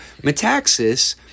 Metaxas